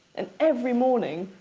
and every morning,